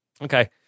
okay